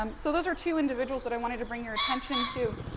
um so, those are two individuals that i wanted to bring your attention to.